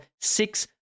six